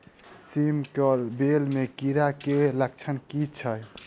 सेम कऽ बेल म कीड़ा केँ लक्षण की छै?